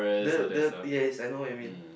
the the yes I know I mean